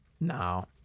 No